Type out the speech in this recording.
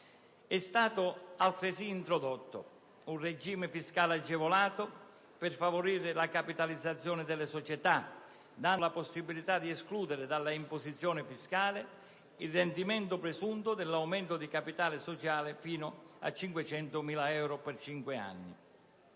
È stato altresì introdotto un regime fiscale agevolato per favorire la capitalizzazione delle società, dando la possibilità di escludere dalla imposizione fiscale il rendimento presunto dell'aumento di capitale sociale fino a 500.000 euro per cinque anni.